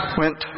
went